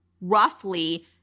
roughly